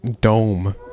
Dome